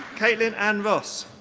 caitlin anne ross.